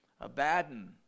Abaddon